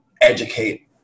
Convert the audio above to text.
educate